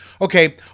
Okay